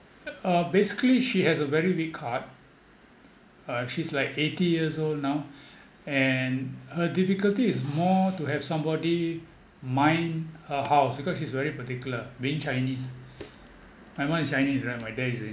uh basically she has a very weak heart uh she's like eighty years old now and her difficulty is more to have somebody mind her house because she's very particular being chinese my mum is chinese right my dad's indian